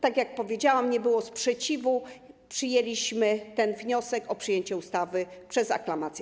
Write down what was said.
Tak jak powiedziałam, nie było sprzeciwu, przyjęliśmy ten wniosek o przyjęcie ustawy przez aklamację.